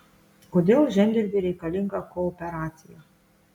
kodėl žemdirbiui reikalinga kooperacija